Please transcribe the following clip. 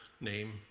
name